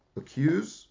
accuse